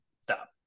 stop